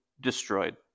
destroyed